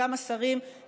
וגם השרים,